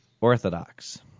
orthodox